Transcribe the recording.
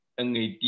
NAD